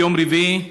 ביום רביעי,